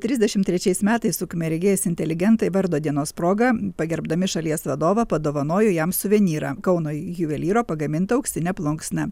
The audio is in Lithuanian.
trisdešimt trečiais metais ukmergės inteligentai vardo dienos proga pagerbdami šalies vadovą padovanojo jam suvenyrą kauno juvelyro pagamintą auksinę plunksną